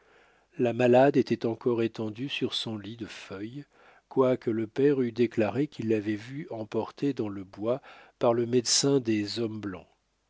la malade était encore étendue sur son lit de feuilles quoique le père eût déclaré qu'il l'avait vue emporter dans le bois par le médecin des hommes blancs